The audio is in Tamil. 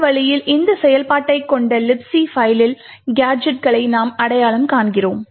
இந்த வழியில் இந்த செயல்பாட்டைக் கொண்ட Libc பைலில் கேஜெட்களை நாம் அடையாளம் காண்கிறோம்